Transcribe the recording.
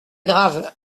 grave